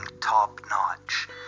top-notch